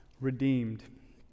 redeemed